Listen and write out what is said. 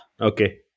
Okay